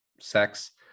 sex